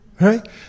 right